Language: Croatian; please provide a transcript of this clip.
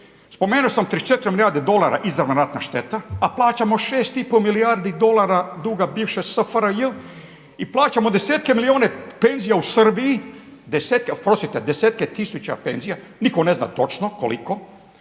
Spomenuo sam 34 milijarde dolara izravna ratna šteta a plaćamo 6,5 milijardi dolara bivše SFRJ i plaćamo desetke milijune penzija u Srbiji. Desetke, oprostite desetke tisuća penzija. Nitko ne zna točno koliko.